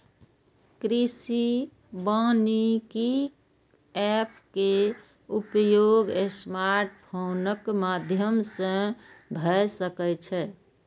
कृषि वानिकी एप के उपयोग स्मार्टफोनक माध्यम सं भए सकै छै